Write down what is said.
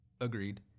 Agreed